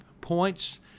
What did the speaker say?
points